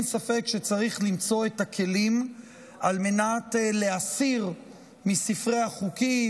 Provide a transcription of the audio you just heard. אין ספק שצריך למצוא את הכלים על מנת להסיר מספרי החוקים,